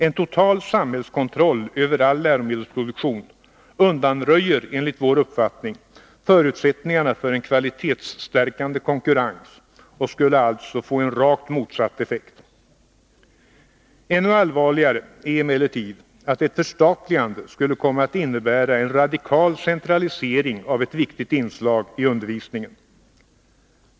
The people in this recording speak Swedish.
En total samhällskontroll över all läromedelsproduktion undanröjer enligt vår uppfattning förutsätt ningarna för en kvalitetsstärkande konkurrens och skulle alltså få en rakt motsatt effekt. Ännu allvarligare är emellertid att ett förstatligande skulle komma att innebära en radikal centralisering av ett viktigt inslag i undervisningen.